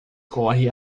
corre